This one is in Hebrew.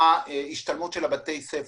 ההשתלמות של בתי הספר.